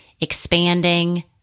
expanding